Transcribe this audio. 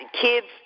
Kids